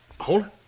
Hold